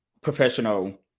professional